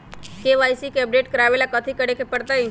KYC के update करवावेला कथि करें के परतई?